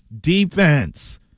defense